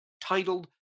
titled